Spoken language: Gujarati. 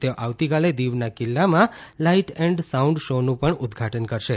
તેઓ આવતીકાલે દીવના કિલ્લામાં લાઇટ એન્ડ સાઉન્ડ શોનું પણ ઉદઘાટન કરશે